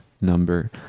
number